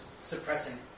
suppressing